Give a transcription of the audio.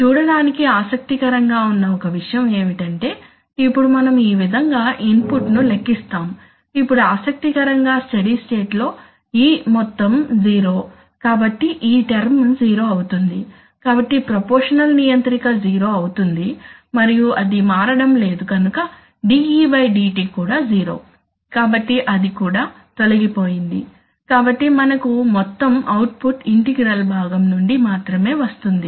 చూడటానికి ఆసక్తికరంగా ఉన్న ఒక విషయం ఏమిటంటే ఇప్పుడు మనం ఈ విధంగా ఇన్ పుట్ ను లెక్కిస్తాము ఇప్పుడు ఆసక్తికరంగా స్టడీ స్టేట్ లో e మొత్తం జీరో కాబట్టి ఈ టర్మ్ జీరో అవుతుంది కాబట్టి ప్రపోర్షషనల్ నియంత్రిక జీరో అవుతుంది మరియు అది మారడం లేదు కనుక dedt కూడా జీరో కాబట్టి అది కూడా తొలగి పోయింది కాబట్టి మనకు మొత్తం అవుట్ పుట్ ఇంటిగ్రల్ భాగం నుండి మాత్రమే వస్తుంది